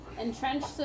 entrenched